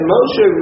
Moshe